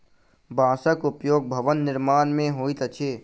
बांसक उपयोग भवन निर्माण मे होइत अछि